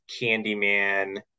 Candyman